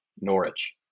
Norwich